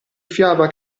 fiaba